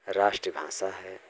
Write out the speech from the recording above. राष्ट्र भाषा है